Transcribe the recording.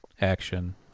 action